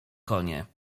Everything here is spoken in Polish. konie